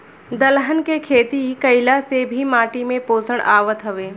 दलहन के खेती कईला से भी माटी में पोषण आवत हवे